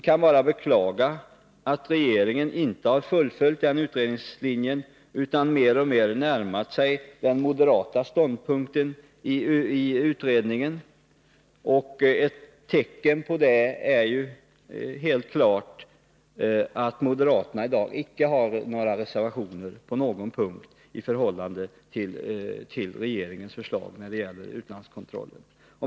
Vi kan bara beklaga att regeringen inte fullföljt den utredningslinjen utan mer och mer närmat sig den moderata ståndpunkten i utredningen. Ett tecken på det är helt klart att moderaterna i dagicke på någon punkt har några reservationer i förhållande till regeringens förslag när det gäller utlandskontrollen.